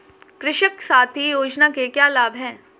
कृषक साथी योजना के क्या लाभ हैं?